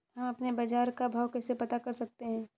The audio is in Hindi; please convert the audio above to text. हम अपने बाजार का भाव कैसे पता कर सकते है?